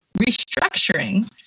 restructuring